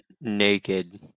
naked